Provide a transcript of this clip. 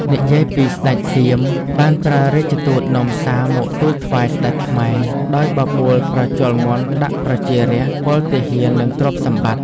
និយាយពីស្ដេចសៀមបានប្រើរាជទូតនាំសារមកទូលថ្វាយស្ដេចខ្មែរ ដោយបបួលប្រជល់មាន់ដាក់ប្រជារាស្ដ្រ ពលទាហាននិងទ្រព្យសម្បត្តិ។